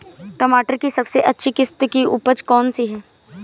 टमाटर की सबसे अच्छी किश्त की उपज कौन सी है?